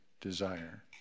desire